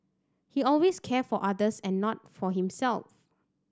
he always cares for others and not for himself